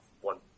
one